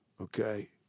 Okay